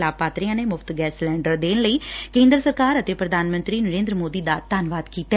ਲਾਭਪਾਤਰੀਆਂ ਨੇ ਮੁਫ਼ਤ ਗੈਸ ਸਿਲੰਡਰ ਦੇਣ ਲਈ ਕੇਦਰ ਸਰਕਾਰ ਅਤੇ ਪ੍ਰਧਾਨ ਮੰਡਰੀ ਸ੍ਰੀ ਨਰੇਦਰ ਮੋਦੀ ਦਾ ਧੰਨਵਾਦ ਕੀਤਾ